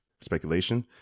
speculation